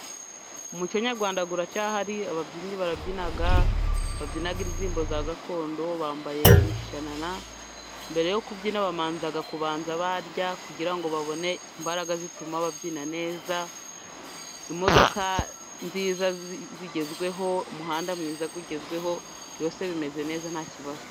Umuco nyarwanda uracyahari ababyinnyi barabyina babyina indirimbo za gakondo bambaye imishanana, mbere yo kubyina babanza kurya kugira ngo babone imbaraga zituma babyina neza. Imodoka nziza zigezweho, umuhanda mwiza ugezweho byose bimeze neza nta kibazo.